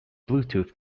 bluetooth